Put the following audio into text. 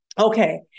Okay